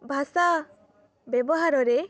ଭାଷା ବ୍ୟବହାରରେ